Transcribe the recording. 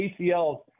ACLs